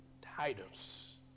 Titus